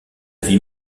vie